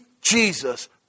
Jesus